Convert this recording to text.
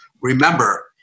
Remember